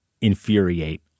infuriate